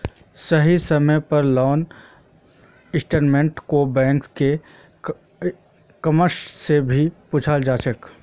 सही समय पर लोन स्टेटमेन्ट को बैंक के कस्टमर से भी पूछा जाता है